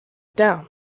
down